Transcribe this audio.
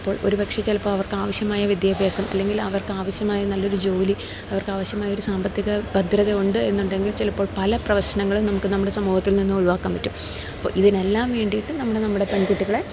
അപ്പോൾ ഒരുപക്ഷേ ചിലപ്പോൾ അവർക്കാവശ്യമായ വിദ്യാഭ്യാസം അല്ലെങ്കിലവർക്കാവശ്യമായ നല്ലൊരു ജോലി അവർക്കാവശ്യമായ ഒരു സാമ്പത്തിക ഭദ്രത ഉണ്ട് എന്നുണ്ടെങ്കിൽ ചെലപ്പോൾ പല പ്രശ്നങ്ങളും നമുക്ക് നമ്മുടെ സമൂഹത്തിൽ നിന്ന് ഒഴിവാക്കാൻ പറ്റും അപ്പോൾ ഇതിനെല്ലാം വേണ്ടിയിട്ട് നമ്മുടെ നമ്മുടെ പെൺകുട്ടികളെ